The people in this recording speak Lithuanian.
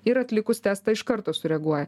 ir atlikus testą iš karto sureaguoja